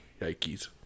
yikes